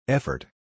Effort